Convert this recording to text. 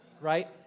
right